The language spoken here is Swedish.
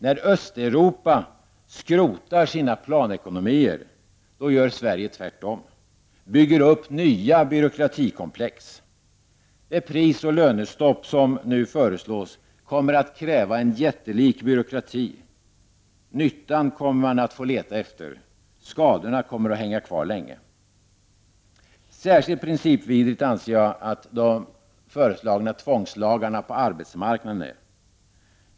När Östeuropa skrotar sina planekonomier gör Sverige tvärtom — bygger upp nya byråkratikomplex. Det prisoch lönestopp som man nu föreslår kommer att kräva en jättelik byråkrati — nyttan kommer man att få leta efter, skadorna kommer att hänga kvar länge. Särskilt principvidriga anser jag att tvångslagarna på arbetsmarknaden är.